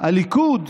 הליכוד,